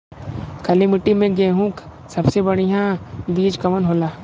काली मिट्टी में गेहूँक सबसे बढ़िया बीज कवन होला?